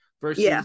versus